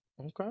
Okay